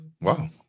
wow